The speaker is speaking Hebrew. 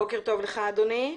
בוקר טוב לך אדוני.